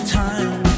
time